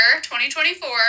2024